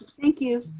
thank you.